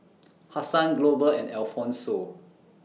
Hassan Glover and Alfonso